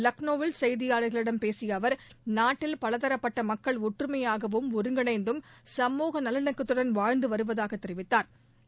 லக்ளோவில் செய்தியாளர்களிடம் பேசிய அவர் நாட்டில் பலதரப்பட்ட மக்கள் ஒற்றுமையாகவும் ஒருங்கிணைந்தும் சமூக நல்லிணக்கத்துடன் வாழ்ந்து வருவதாக தெரிவித்தாா்